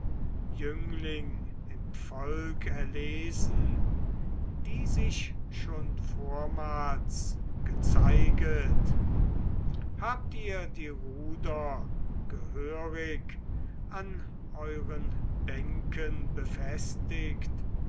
jüngling im volk erlesen die sich schon vormals gezeiget habt ihr die ruder gehörig an euren bänken befestigt